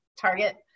target